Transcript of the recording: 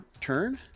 turn